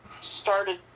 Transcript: started